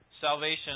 salvation